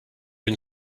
can